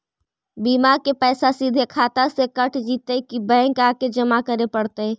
बिमा के पैसा सिधे खाता से कट जितै कि बैंक आके जमा करे पड़तै?